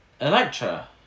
Electra